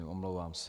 Omlouvám se.